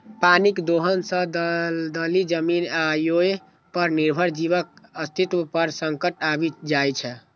पानिक दोहन सं दलदली जमीन आ ओय पर निर्भर जीवक अस्तित्व पर संकट आबि जाइ छै